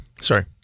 Sorry